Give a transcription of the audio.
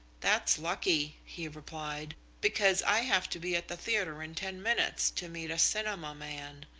that's lucky, he replied, because i have to be at the theatre in ten minutes to meet a cinema man.